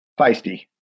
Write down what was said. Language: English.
feisty